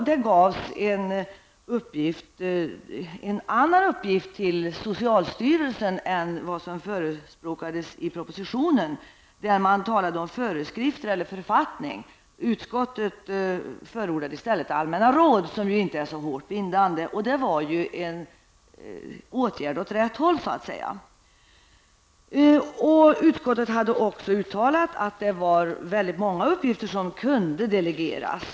Det gavs en annan uppgift till socialstyrelsen än den som förespråkades i propositionen. Man talade om föreskrifter eller författning. Utskottet förordade i stället allmänna råd, som inte är så hårt bindande. Det var en åtgärd som så att säga syftade åt rätt håll. Utskottet hade också uttalat att väldigt många uppgifter kunde delegeras.